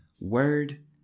Word